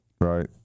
Right